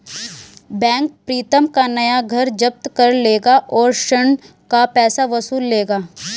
bank Pritam का नया घर जब्त कर लेगा और ऋण का पैसा वसूल लेगा